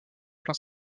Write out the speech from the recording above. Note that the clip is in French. plein